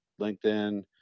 LinkedIn